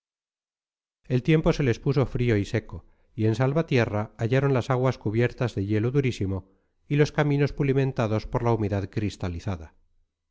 el tiempo se les puso frío y seco y en salvatierra hallaron las aguas cubiertas de hielo durísimo y los caminos pulimentados por la humedad cristalizada